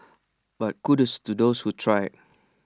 but kudos to those who tried